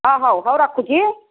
ହଁ ହୋଉ ହୋଉ ରଖୁଛି